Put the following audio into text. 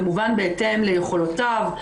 כמובן בהתאם ליכולותיו,